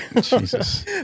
Jesus